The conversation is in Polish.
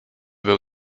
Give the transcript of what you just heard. był